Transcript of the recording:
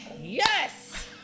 Yes